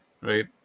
right